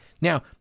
Now